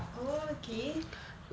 oh okay